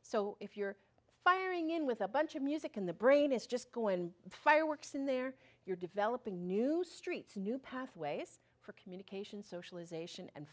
so if you're firing in with a bunch of music and the brain is just going fireworks in there you're developing new streets new pathways for communication socialization and